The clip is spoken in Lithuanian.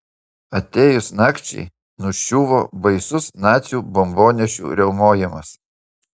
atėjus nakčiai nuščiuvo baisus nacių bombonešių riaumojimas